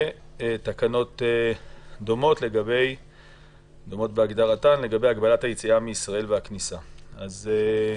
ותקנות דומות בהגדרתן לגבי הגבלת היציאה מישראל והכניסה אליה.